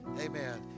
Amen